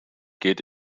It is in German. geht